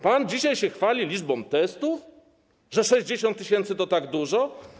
Pan dzisiaj się chwali liczbą testów, że 60 tys. to tak dużo?